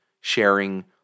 sharing